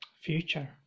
future